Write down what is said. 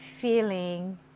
feeling